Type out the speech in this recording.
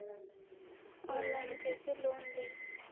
Online कैसे loan ली?